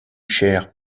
chair